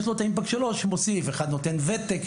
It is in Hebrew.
יש לו את האימפקט שלו שמוסיף אחד נותן ותק,